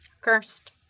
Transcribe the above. cursed